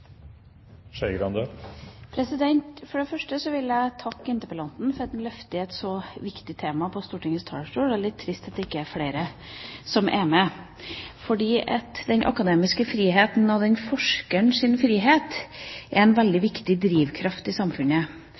takke interpellanten for at han løfter et så viktig tema på Stortingets talerstol. Det er litt trist at det ikke er flere som er med. Den akademiske friheten og forskerens frihet er en veldig viktig drivkraft i samfunnet.